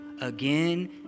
again